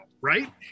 right